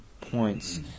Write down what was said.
points